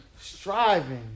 striving